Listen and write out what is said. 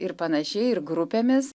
ir panašiai ir grupėmis